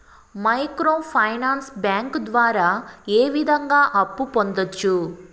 micro finance bank ద్వారా ఏ విధంగా అప్పు పొందొచ్చు